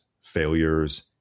failures